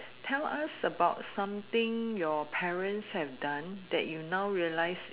tell us about something your parents have done that you now realised